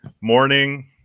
morning